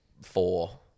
four